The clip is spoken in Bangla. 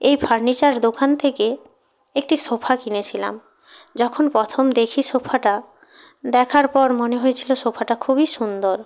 এই ফার্নিচার দোকান থেকে একটি সোফা কিনেছিলাম যখন প্রথম দেখি সোফাটা দেখার পর মনে হয়েছিল সোফাটা খুবই সুন্দর